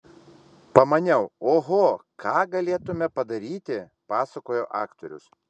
pamaniau oho ką galėtumėme padaryti pasakoja aktorius